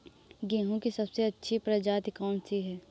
गेहूँ की सबसे अच्छी प्रजाति कौन सी है?